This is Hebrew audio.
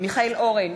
מיכאל אורן,